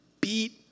beat